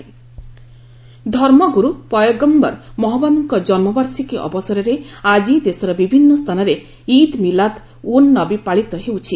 ଇଦ୍ ଧର୍ମଗ୍ରରୁ ପୟଗମ୍ଭର ମହଜ୍ଞଦଙ୍କ ଜନୁବାର୍ଷିକୀ ଅବସରରେ ଆଜି ଦେଶର ବିଭିନ୍ନ ସ୍ଥାନରେ ଇଦ ମିଲାଦ୍ ଉନ୍ ନବୀ ପାଳିତ ହେଉଛି